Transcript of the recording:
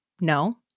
No